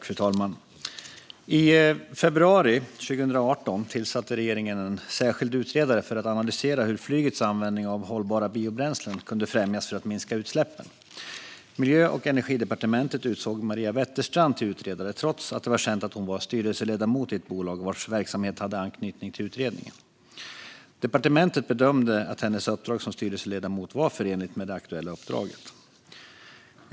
Fru talman! I februari 2018 tillsatte regeringen en särskild utredare för att analysera hur flygets användning av hållbara biobränslen kunde främjas för att minska utsläppen. Miljö och energidepartementet utsåg Maria Wetterstrand till utredare, trots att det var känt att hon var styrelseledamot i ett bolag vars verksamhet hade anknytning till utredningen. Departementet bedömde att hennes uppdrag som styrelseledamot var förenligt med det aktuella uppdraget.